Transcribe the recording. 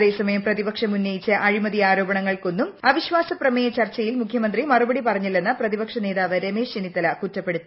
അതേസമയം പ്രതിപക്ഷം ഉന്നയിച്ച അഴിമതി ആരോപണങ്ങൾക്കൊന്നും അവിശാസ പ്രമേയ ചർച്ചയിൽ മുഖ്യമന്ത്രി മറുപടി പറഞ്ഞില്ലെന്ന് പ്രതിപക്ഷ നേതാവ് രമ്നേശ് ചെന്നിത്തല കുറ്റപ്പെടുത്തി